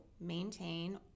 maintain